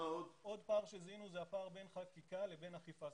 עוד פער שזיהינו זה הפער בין חקיקה לבין אכיפה.